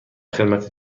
خدمت